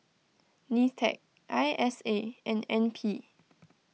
Nitec I S A and N P